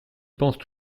pensent